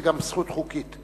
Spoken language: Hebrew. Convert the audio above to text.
זו גם זכות חוקית.